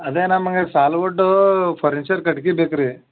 ಅದೆ ನಮಗೆ ಸಾಲುವುಡ್ಡೂ ಫರ್ನಿಚರ್ ಕಟ್ಕಿ ಬೇಕು ರೀ